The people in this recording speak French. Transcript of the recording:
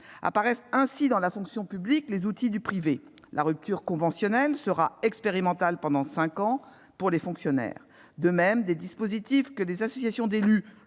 Apparaissent dans la fonction publique des outils du privé : la rupture conventionnelle sera expérimentale pendant cinq ans pour les fonctionnaires. De même, des dispositifs que des associations d'élus